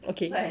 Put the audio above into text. okay